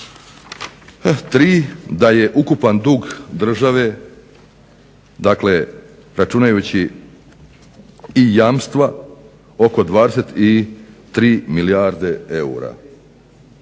3. da je ukupan dug države, dakle računajući i jamstva oko 23 milijarde eura